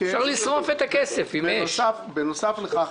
בנוסף לכך,